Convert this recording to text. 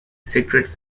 cigarette